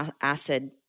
acid